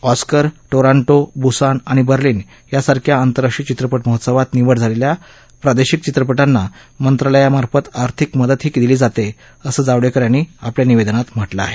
Oscar Toronto Busan आणि Berlin यासारख्या आंतरराष्ट्रीय चित्रपट महोत्सवात निवड झालेल्या प्रादेशिक चित्रपटांना मंत्रालयामार्फत आर्थिक मदतही दिली जाते असं जावडेकर यांनी आपल्या निवेदनात म्हटलं आहे